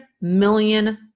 million